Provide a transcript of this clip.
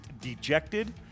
Dejected